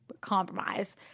compromise